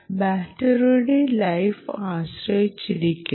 ബാറ്ററിയുടെ ലൈഫ് ആശ്രയിച്ചിരിക്കുന്നു